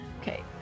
Okay